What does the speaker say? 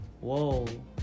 Whoa